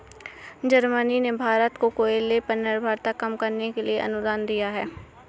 Germany ने भारत को कोयले पर निर्भरता कम करने के लिए अनुदान दिया